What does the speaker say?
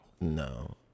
No